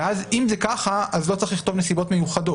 אם זה ככה, אז לא צריך לכתוב נסיבות מיוחדות.